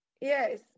Yes